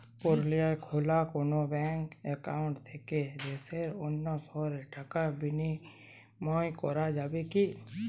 পুরুলিয়ায় খোলা কোনো ব্যাঙ্ক অ্যাকাউন্ট থেকে দেশের অন্য শহরে টাকার বিনিময় করা যাবে কি?